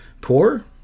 Poor